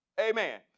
Amen